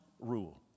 rule